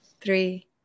three